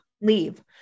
leave